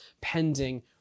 pending